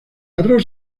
arroz